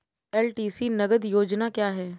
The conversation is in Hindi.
एल.टी.सी नगद योजना क्या है?